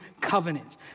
covenant